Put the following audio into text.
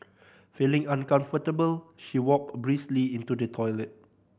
feeling uncomfortable she walked briskly into the toilet